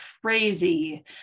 crazy